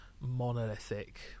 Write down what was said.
monolithic